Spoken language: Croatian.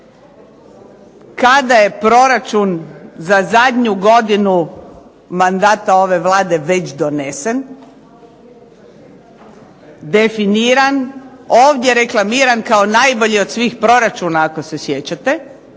kada je proračun za zadnju godinu mandata ove Vlade već donesen, definiran, ovdje reklamiran kao najbolji od svih proračuna ako se sjećate